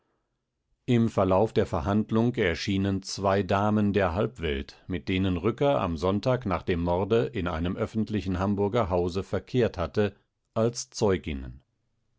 im verlauf der verhandlung erschienen zwei damen der halbwelt mit denen rücker am sonntag nach dem morde in einem öffentlichen hamburger hause verkehrt hatte als zeuginnen